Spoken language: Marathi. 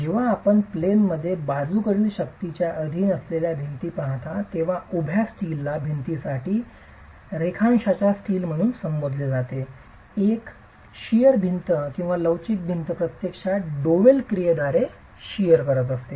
जेव्हा आपण प्लेनमध्ये बाजूकडील शक्तीच्या अधीन असलेली भिंत पाहता तेव्हा उभ्या स्टीलला भिंतीसाठी रेखांशाचा स्टील म्हणून संबोधले जाते एक कात्री भिंत किंवा लवचिक भिंत प्रत्यक्षात डोव्हल क्रियेद्वारे कातरत ठेवते